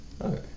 Okay